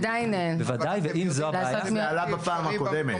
זה עלה בפעם הקודמת.